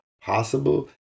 possible